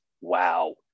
Wow